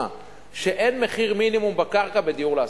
שאין מחיר מינימום בקרקע בדיור להשכרה.